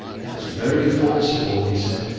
that's very forcible, he said.